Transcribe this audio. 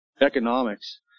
economics